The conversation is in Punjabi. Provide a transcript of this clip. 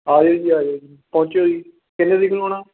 ਆ ਜਿਉ ਜੀ ਆ ਜਿਉ ਜੀ ਪਹੁੰਚਿਉ ਜੀ ਕਿੰਨੀ ਤਰੀਕ ਨੂੰ ਆਉਣਾ